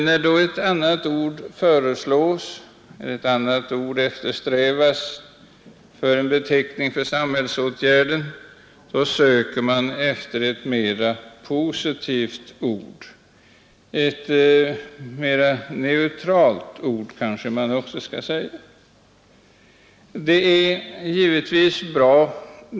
När då ett annat ord föreslås för en beteckning för samhällsåtgärden, så söker man efter ett mera positivt ord, ett mera neutralt ord kanske man också kan säga.